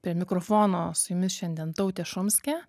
prie mikrofono su jumis šiandien tautė šumskė